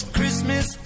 Christmas